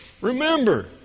remember